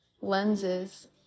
lenses